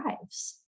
lives